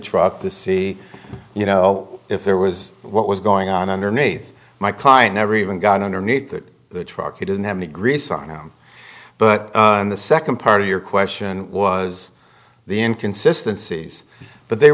truck to see you know if there was what was going on underneath my client never even got underneath that truck he didn't have any grease on him but on the second part of your question was the inconsistency but the